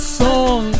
song